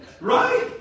Right